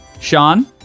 Sean